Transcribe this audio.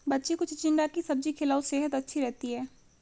बच्ची को चिचिण्डा की सब्जी खिलाओ, सेहद अच्छी रहती है